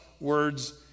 words